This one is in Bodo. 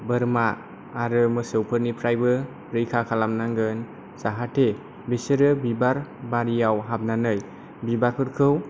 बोरमा आरो मोसौफोरनिफ्रायबो रैखा खालाम नांगोन जाहाथे बिसोरो बिबार बारियाव हाबनानै बिबारफोरखौ